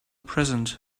present